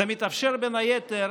זה מתאפשר, בין היתר,